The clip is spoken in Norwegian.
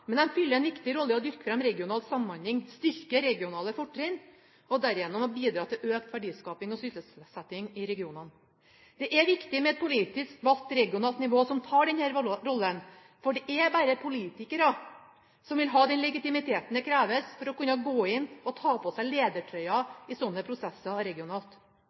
men fyller en viktig rolle ved å dyrke fram regional samhandling, styrke regionale fortrinn og derigjennom bidra til økt verdiskaping og sysselsetting i regionene. Det er viktig med et politisk valgt regionalt nivå som tar denne rollen, for det er bare politikere som vil ha den legitimiteten som kreves for å kunne gå inn og ta på seg ledertrøyen i sånne prosesser regionalt.